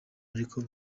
ariko